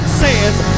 says